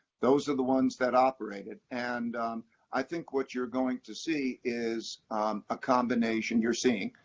those are the ones that operated, and i think what you're going to see is a combination you're seeing,